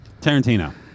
tarantino